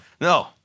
No